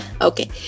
Okay